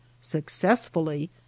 successfully